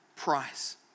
Price